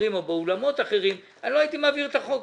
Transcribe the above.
מאוד קשה לקיים ישיבה כשאתה לא יודע מה הצד השני רוצה להעיר ולשנות בצו.